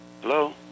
Hello